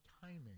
timing